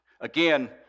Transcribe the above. again